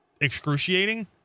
excruciating